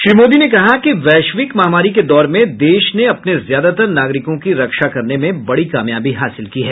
श्री मोदी ने कहा कि वैश्विक महामारी के दौर में देश ने अपने ज्यादातर नागरिकों की रक्षा करने में बडी कामयाबी हासिल की है